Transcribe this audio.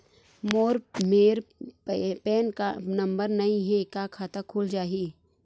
मोर मेर PAN number नई हे का खाता खुल जाही?